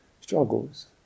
struggles